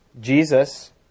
Jesus